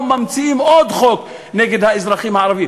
ממציאים עוד חוק נגד האזרחים הערבים.